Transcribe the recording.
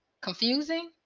Confusing